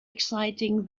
exciting